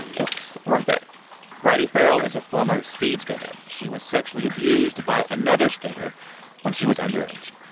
it's worth it bridie farrell is a former speedskater. she was sexually abused by another skater when she was underage.